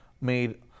made